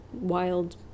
wild